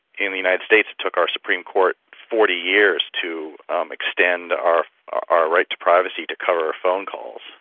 in the united states it took our supreme court forty years to um extend our our right to privacy to cover our phone calls.